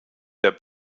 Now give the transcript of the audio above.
der